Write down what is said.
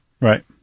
right